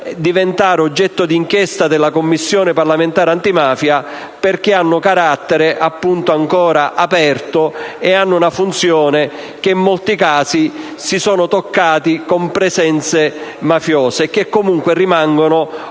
oggetto d'inchiesta della Commissione parlamentare antimafia perché hanno carattere, appunto, ancora aperto, hanno una funzione e in molti casi si sono toccati con presenze mafiose, e che comunque rimangono oggetto